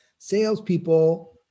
salespeople